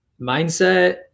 mindset